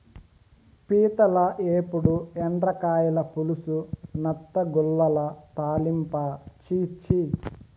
పీతల ఏపుడు, ఎండ్రకాయల పులుసు, నత్తగుల్లల తాలింపా ఛీ ఛీ